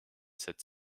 cette